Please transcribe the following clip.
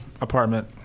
apartment